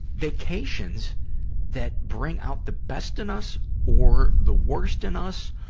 vacations that bring out the best in us or the worst in us.